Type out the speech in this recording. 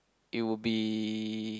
it will be